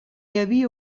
havia